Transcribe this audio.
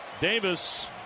Davis